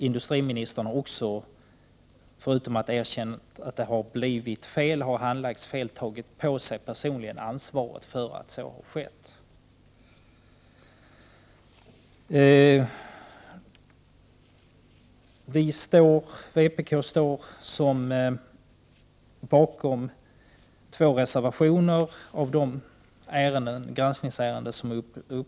Industriministern har också, förutom att han erkänt att ärendet handlagts fel, personligen tagit på sig ansvaret för att så har skett. Vpk står bakom två reservationer i de granskningsärenden som nu är föremål för debatt.